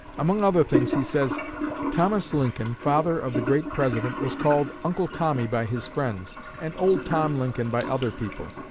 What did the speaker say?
among other things he says thomas lincoln, father of the great president, was called uncle tommy by his friends and old tom lincoln by other people.